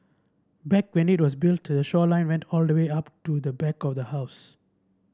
back when it was built the shoreline went all the way up to the back of the house